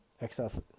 excess